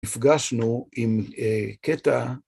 נפגשנו עם קטע